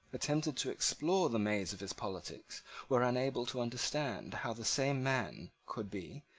attempted to explore the maze of his politics were unable to understand how the same man could be,